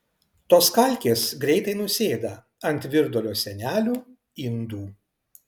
tos kalkės greitai nusėda ant virdulio sienelių indų